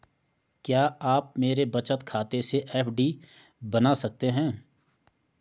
क्या आप मेरे बचत खाते से एफ.डी बना सकते हो?